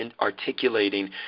articulating